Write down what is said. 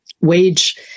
wage